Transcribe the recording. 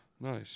Nice